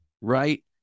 Right